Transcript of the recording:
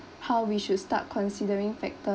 how we should start considering factors